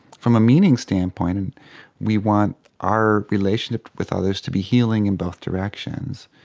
from a meaning standpoint and we want our relationship with others to be healing in both directions.